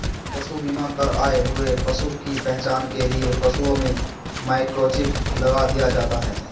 पशु बीमा कर आए हुए पशु की पहचान के लिए पशुओं में माइक्रोचिप लगा दिया जाता है